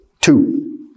two